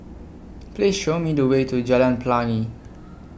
Please Show Me The Way to Jalan Pelangi